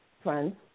friends